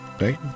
right